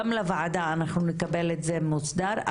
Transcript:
גם לוועדה אנחנו נקבל את זה מוסדר,